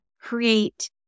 create